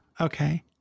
okay